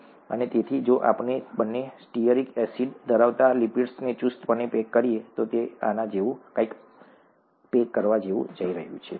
અને તેથી જો આપણે બંને સ્ટીઅરિક એસિડ ધરાવતા લિપિડ્સને ચુસ્તપણે પેક કરીએ તો તે આના જેવું કંઈક પેક કરવા જઈ રહ્યું છે ઠીક છે